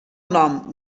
nom